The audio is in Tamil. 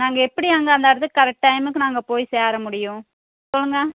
நாங்கள் எப்படி அங்கே அந்த இடத்துக்கு கரெட் டைமுக்கு நாங்கள் போய் சேர முடியும் சொல்லுங்க